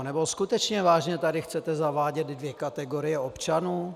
Nebo skutečně vážně tady chcete zavádět dvě kategorie občanů?